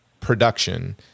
production